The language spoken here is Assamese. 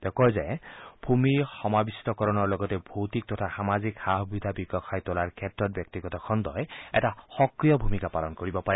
তেওঁ কয় যে ভূমি সমাবিষ্টকৰণৰ লগতে ভৌতিক তথা সামাজিক সা সুবিধা বিকশাই তোলাৰ ক্ষেত্ৰত ব্যক্তিগত খণ্ডই এটা সক্ৰিয় ভূমিকা পালন কৰিব পাৰে